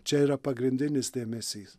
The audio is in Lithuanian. čia yra pagrindinis dėmesys